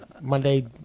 monday